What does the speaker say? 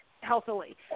healthily